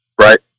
right